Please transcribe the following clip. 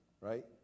right